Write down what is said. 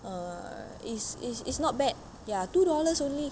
err is is is not bad ya two dollars only